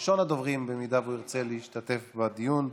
ראשון הדוברים, אם ירצה להשתתף בדיון,